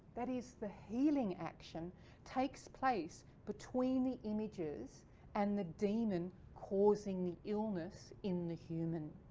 that is, the healing action takes place between the images and the demon causing the illness in the human.